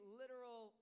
literal